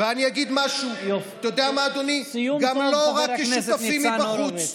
יופי, סיום, חבר הכנסת ניצן הורוביץ.